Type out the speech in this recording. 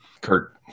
Kurt